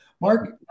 mark